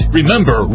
Remember